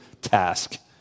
task